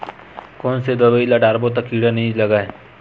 कोन से दवाई ल डारबो त कीड़ा नहीं लगय?